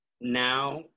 now